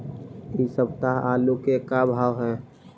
इ सप्ताह आलू के का भाव है?